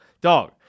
Dog